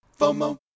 FOMO